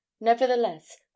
nevertheless